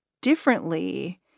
differently